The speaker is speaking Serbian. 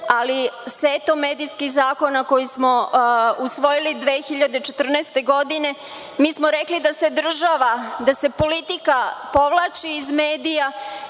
ali setom medijskih zakona, koji smo usvojili 2014. godine, mi smo rekli da se država, da se politika povlači iz medija